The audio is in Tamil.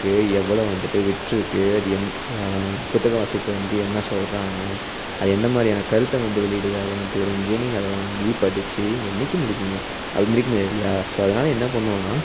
எவ்வளோ வந்துட்டு விட்டுருக்கு அது எந் புத்தகம் வாசிப்பு வந்து என்ன சொல்கிறாங்க அது எந்த மாதிரியான கருத்தை வந்து வெளியிடுது அதெல்லாம் தெரிஞ்சி நீங்கள் அதை வாங்கி படித்து என்றைக்கி முடிப்பிங்க அது முடிக்க முடியல்லையா ஸோ அதனால என்ன பண்ணுன்னா